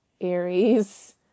Aries